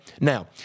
Now